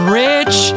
rich